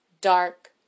dark